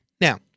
Now